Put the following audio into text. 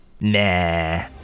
Nah